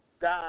God